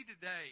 today